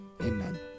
Amen